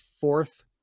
fourth